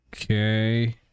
Okay